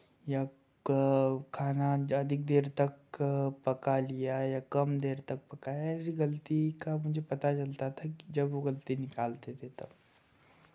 या खाना अधिक देर तक पका लिया या कम देर तक पकाया ऐसी गलती का मुझे पता चलता था कि जब वो गलती निकालते थे तब